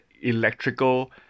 electrical